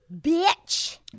Bitch